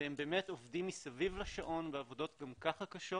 הם עובדים מסביב לשעון בעבודות גם ככה קשות.